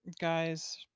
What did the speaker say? guys